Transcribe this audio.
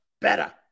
better